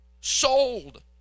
sold